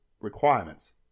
requirements